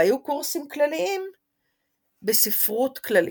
והיו קורסים כלליים בספרות כללית.